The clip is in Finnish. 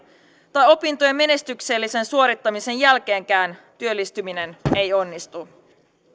tai opintojen menestyksellisen suorittamisen jälkeenkään työllistyminen ei onnistu